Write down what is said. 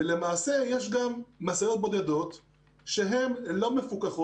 ולמעשה יש גם משאיות בודדות שהן לא מפוקחות.